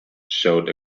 showed